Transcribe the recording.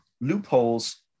loopholes